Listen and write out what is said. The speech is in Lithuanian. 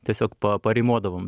tiesiog pa parymodavom